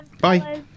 Bye